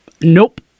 Nope